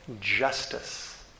justice